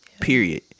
period